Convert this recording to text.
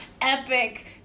epic